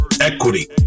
equity